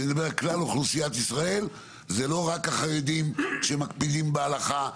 כשאני אומר כלל אוכלוסיית ישראל זה לא רק החרדים שמקפידים בהלכה,